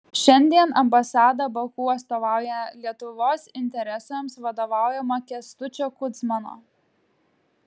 šiandien ambasada baku atstovauja lietuvos interesams vadovaujama kęstučio kudzmano